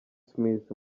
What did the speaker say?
smith